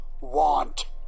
want